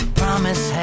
promise